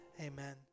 Amen